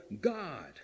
God